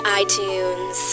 iTunes